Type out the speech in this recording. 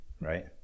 right